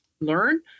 learn